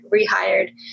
rehired